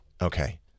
Okay